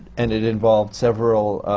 and it involved several